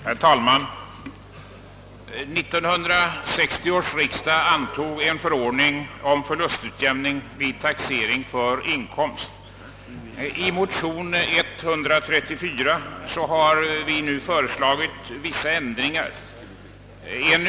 Herr talman! Vid 1960 års riksdag antogs en förordning om förlustutjämning vid taxering för inkomst. I motion II: 134 har vi nu föreslagit vissa ändringar i den förordningen.